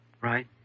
Right